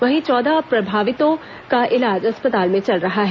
वहीं चौदह प्रभावितों का इलाज अस्पताल में चल रहा है